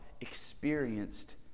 experienced